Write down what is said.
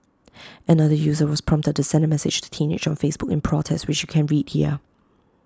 another user was prompted to send A message to teenage on Facebook in protest which you can read here